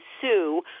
sue